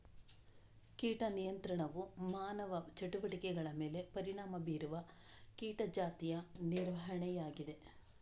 ಕೀಟ ನಿಯಂತ್ರಣವು ಮಾನವ ಚಟುವಟಿಕೆಗಳ ಮೇಲೆ ಪರಿಣಾಮ ಬೀರುವ ಕೀಟ ಜಾತಿಯ ನಿರ್ವಹಣೆಯಾಗಿದೆ